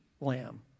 lamb